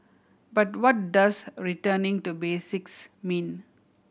but what does returning to basics mean